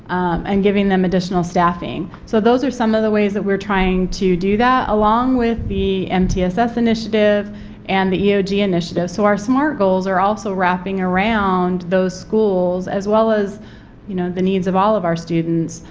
and giving them additional staffing. so those are some of the ways that we are trying to do that, along with the mtss initiative and the eog initiative. so our smart goals are also wrapping around those schools as well as you know the needs of all of our students,